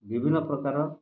ବିଭିନ୍ନ ପ୍ରକାର